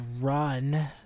run